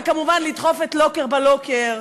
וכמובן לדחוף את לוקר בלוקר,